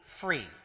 free